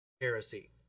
heresy